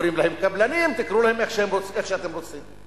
קוראים להם קבלנים, תקראו להם איך שאתם רוצים.